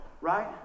right